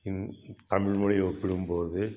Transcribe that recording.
தமிழ்மொழி ஒப்பிடும்போது